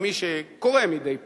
מי שקורא מדי פעם,